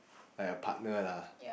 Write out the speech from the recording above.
like a partner lah